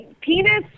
penis